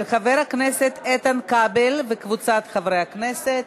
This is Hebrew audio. של חבר הכנסת איתן כבל וקבוצת חברי הכנסת.